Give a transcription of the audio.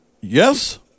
yes